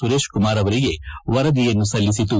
ಸುರೇಶ್ ಕುಮಾರ್ ಅವರಿಗೆ ವರದಿಯನ್ನು ಸಲ್ಲಿಸಿತು